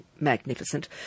magnificent